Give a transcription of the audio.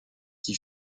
qui